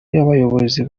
y’abayobozi